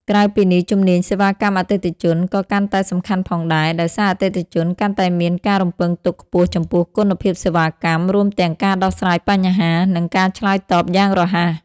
ក្រៅពីនេះ ជំនាញសេវាកម្មអតិថិជន ក៏កាន់តែសំខាន់ផងដែរ ដោយសារអតិថិជនកាន់តែមានការរំពឹងទុកខ្ពស់ចំពោះគុណភាពសេវាកម្ម រួមទាំងការដោះស្រាយបញ្ហា និងការឆ្លើយតបយ៉ាងរហ័ស។